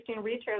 retail